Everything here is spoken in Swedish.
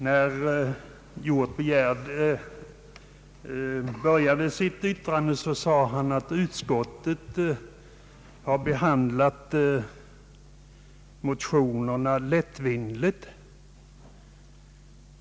Herr Hjorth sade bl.a. att utskottet behandlat de aktuella motionerna lättvindigt.